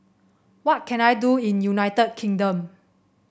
what can I do in United Kingdom